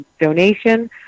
donation